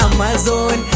Amazon